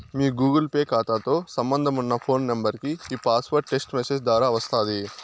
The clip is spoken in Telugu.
మీ గూగుల్ పే కాతాతో సంబంధమున్న ఫోను నెంబరికి ఈ పాస్వార్డు టెస్టు మెసేజ్ దోరా వస్తాది